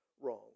wrong